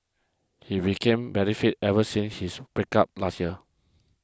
he became very fit ever since his breakup last year